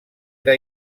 era